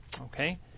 Okay